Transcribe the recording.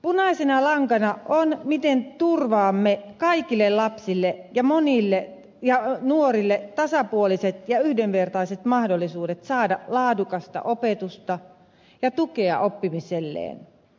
punaisena lankana on miten turvaamme kaikille lapsille ja nuorille tasapuoliset ja yhdenvertaiset mahdollisuudet saada laadukasta opetusta ja tukea oppimiselleen